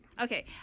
Okay